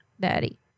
Daddy